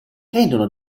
rendono